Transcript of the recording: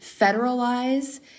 federalize